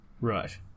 Right